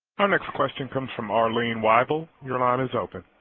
our next question comes from arlene weibel your line is open.